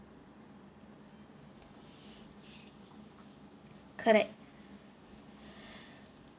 correct